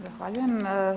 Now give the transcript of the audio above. Zahvaljujem.